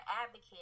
advocate